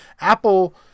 apple